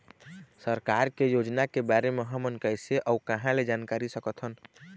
सरकार के योजना के बारे म हमन कैसे अऊ कहां ल जानकारी सकथन?